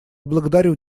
благодарю